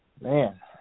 Man